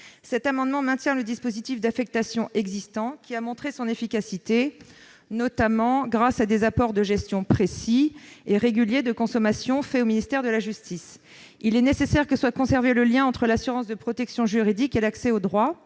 Cet amendement vise à maintenir le dispositif d'affectation existant, qui a montré son efficacité, notamment grâce à des rapports de gestion précis et réguliers de consommation faits au ministère de la justice. Il est nécessaire que soit conservé le lien entre l'assurance de protection juridique et l'accès au droit.